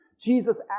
Jesus